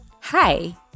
Hi